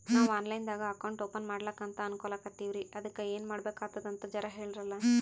ನಾವು online ದಾಗ account open ಮಾಡ್ಲಕಂತ ಅನ್ಕೋಲತ್ತೀವ್ರಿ ಅದಕ್ಕ ಏನ ಮಾಡಬಕಾತದಂತ ಜರ ಹೇಳ್ರಲ?